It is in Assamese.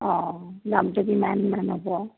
অ' দামটো কিমানমান হ'ব